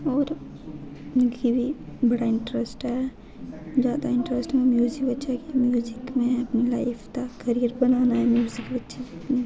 होर मिगी बी बड़ा इंटरैस्ट ऐ जैदा इंटरैस्ट म्युजिक बिच होई गेआ म्युजिक में अपनी लाईफ दा कैरियर बनाना ऐ म्युजिक बिच में